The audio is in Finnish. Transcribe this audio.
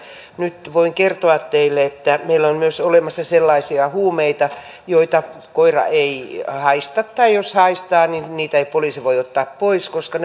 nyt voin kertoa teille että meillä on olemassa myös sellaisia huumeita joita koira ei haista tai jos haistaa niitä ei poliisi voi ottaa pois koska